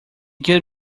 good